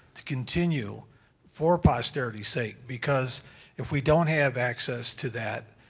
to continue for posterity sake? because if we don't have access to that,